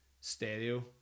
stereo